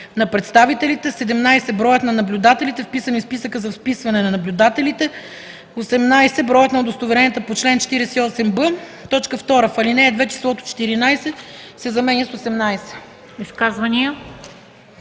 на представителите; 17. броят на наблюдателите, вписани в списъка за вписване на наблюдателите; 18. броят на удостоверенията по чл. 48б.” 2. В ал.